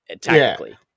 technically